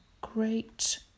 great